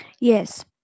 Yes